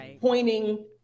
pointing